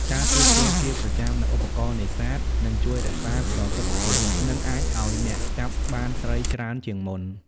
ការជួសជុលជាប្រចាំនូវឧបករណ៍នេសាទ នឹងជួយរក្សាប្រសិទ្ធភាព និងអាចឲ្យអ្នកចាប់បានត្រីច្រើនជាងមុន។